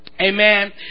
Amen